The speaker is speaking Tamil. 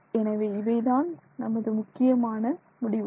எனவே இவைதான் நமது முக்கியமான முடிவுரை